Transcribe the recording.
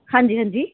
ਹਾਂਜੀ ਹਾਂਜੀ